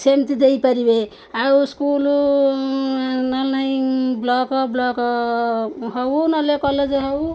ସେମିତି ଦେଇପାରିବେ ଆଉ ସ୍କୁଲ୍ ନହେଲେ ନାଇଁ ବ୍ଲକ ବ୍ଲକ ହଉ ନହେଲେ କଲେଜ୍ ହଉ